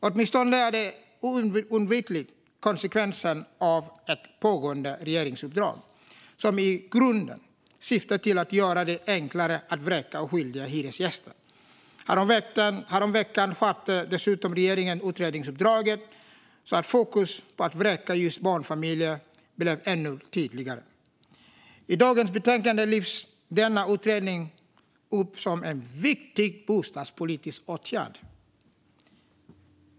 Åtminstone är det en oundviklig konsekvens av ett pågående regeringsuppdrag som i grunden syftar till att göra det enklare att vräka oskyldiga hyresgäster. Häromveckan skärpte dessutom regeringen utredningsuppdraget så att fokus på att vräka just barnfamiljer blev ännu tydligare. I dagens betänkande lyfts denna utredning upp som en viktig bostadspolitisk åtgärd.